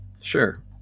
Sure